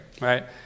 right